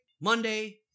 Monday